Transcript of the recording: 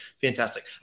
fantastic